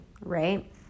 right